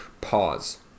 pause